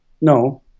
No